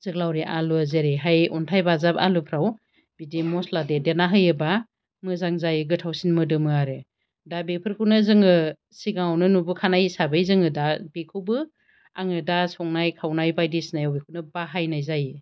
जोग्लावरि आलु जेरैहाय अन्थाय बाजाब आलुफ्राव बिदि मस्ला देदेरना होयोबा मोजां जायो गोथावसिन मोदोमो आरो दा बेफोरखौनो जोङो सिगाङावनो नुबो खानाय हिसाबै जोङो दा बेखौबो आङो दा संनाय खावनाय बायदिसिनायाव बेखौनो बाहायनाय जायो